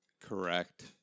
correct